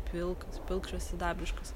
pilkas pilkšvas sidabriškas